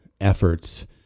efforts